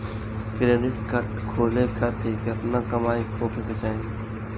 Credit card खोले खातिर केतना कमाई होखे के चाही?